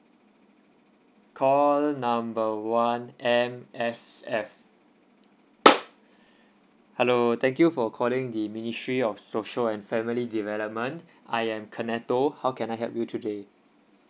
call the number one M_S_F hello thank you for calling the ministry of social and family development I am kenato how can I help you today